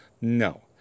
no